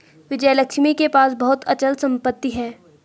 विजयलक्ष्मी के पास बहुत अचल संपत्ति है